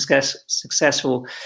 successful